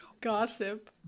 gossip